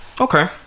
Okay